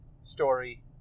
story